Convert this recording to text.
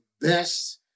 best